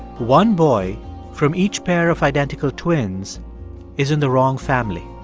one boy from each pair of identical twins is in the wrong family.